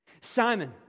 Simon